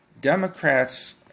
Democrats